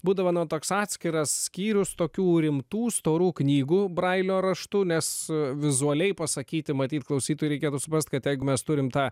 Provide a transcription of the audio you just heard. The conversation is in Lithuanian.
būdavo na toks atskiras skyrius tokių rimtų storų knygų brailio raštu nes vizualiai pasakyti matyt klausytojui reikėtų suprasti kad jeigu mes turim tą